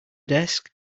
desk